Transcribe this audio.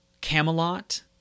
Camelot